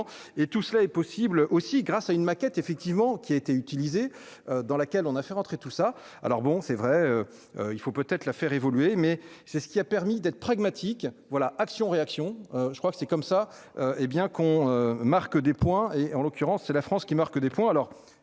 et tout cela est possible aussi grâce à une maquette effectivement qui a été utilisé dans laquelle on a fait rentrer tout ça alors bon, c'est vrai, il faut peut-être la faire évoluer, mais c'est ce qui a permis d'être pragmatique voilà Action, réaction, je crois que c'est comme ça, hé bien, qu'on marque des points et en l'occurrence c'est la France qui marque des points,